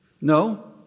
No